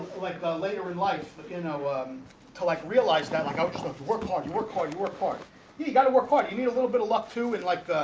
like later in life. you know um to like realize that like i ah work hard you work hard you work hard you you gotta work quite. you need a little bit of luck to with like